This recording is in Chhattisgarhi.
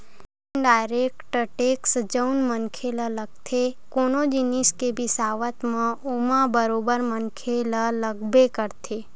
इनडायरेक्ट टेक्स जउन मनखे ल लगथे कोनो जिनिस के बिसावत म ओमा बरोबर मनखे ल लगबे करथे